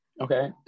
Okay